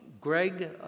Greg